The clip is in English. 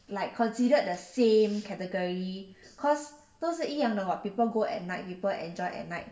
like considered the same category cause 都是一样的 [what] people go at night people enjoy at night